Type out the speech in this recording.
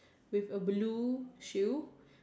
with a blue shoe